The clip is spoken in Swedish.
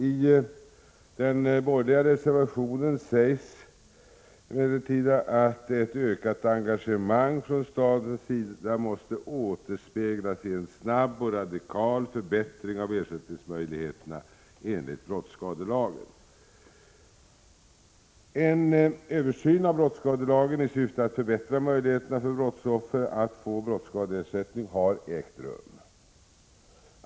I den borgerliga reservationen sägs emellertid att ett ökat engagemang från staten måste återspeglas i en snabb och radikal En översyn av brottsskadelagen i syfte att förbättra möjligheterna för 8 april 1987 brottsoffer att få brottsskadeersättning har ägt rum.